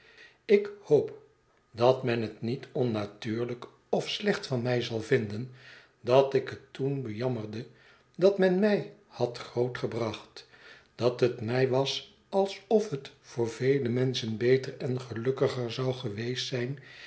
ik hoop dat men het niet onnatuurlijk of slecht van mij zal vinden dat ik het toen bejammerde dat men mij had groot gebracht dat het mij was alsof het voor vele menschen beter en gelukkiger zou geweest zijn